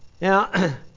Now